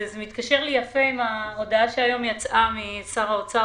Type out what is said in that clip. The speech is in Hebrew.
זה מתקשר לי יפה את ההודעה שהיום יצאה משר האוצר